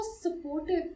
supportive